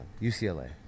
UCLA